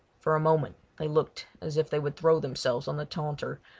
for a moment they looked as if they would throw themselves on the taunter,